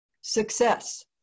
Success